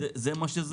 זה מה שזה?